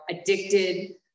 addicted